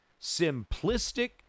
simplistic